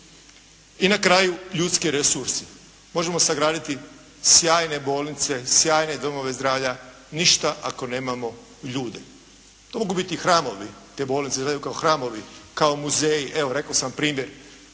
I na kraju ljudski resursi. Možemo sagraditi sjajne bolnice, sjajne domove zdravlja, ništa ako nemamo ljude. To mogu biti hramovi, te bolnice da izgledaju kao hramovi, kao muzeji. Evo rekao sam primjer